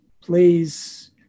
Please